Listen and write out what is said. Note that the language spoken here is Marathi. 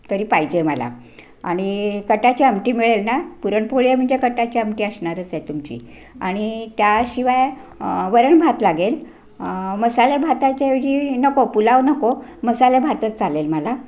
तरी पाहिजे आहे मला आणि कटाची आमटी मिळेल ना पुरणपोळी आहे म्हणजे कटाची आमटी असणारच आहे तुमची आणि त्याशिवाय वरण भात लागेल मसाल्या भाताच्या ऐवजी नको पुलाव नको मसाला भातच चालेल मला